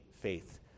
faith